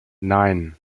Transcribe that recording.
nein